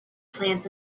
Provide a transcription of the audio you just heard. plants